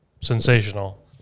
sensational